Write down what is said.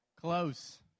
close